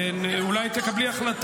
אומרת.